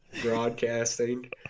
broadcasting